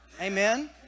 Amen